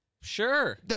Sure